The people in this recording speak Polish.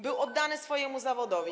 Był oddany swojemu zawodowi.